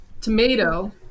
tomato